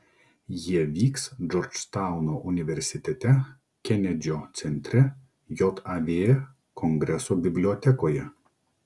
jie vyks džordžtauno universitete kenedžio centre jav kongreso bibliotekoje